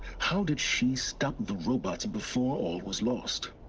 how did she stop the robots before all was lost?